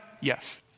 Yes